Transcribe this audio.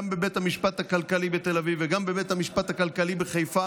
גם בבית המשפט הכלכלי בתל אביב וגם בבית המשפט הכלכלי בחיפה,